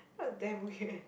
that was damn weird